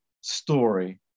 story